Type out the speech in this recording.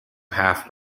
half